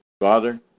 Father